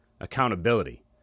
accountability